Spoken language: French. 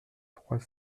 trois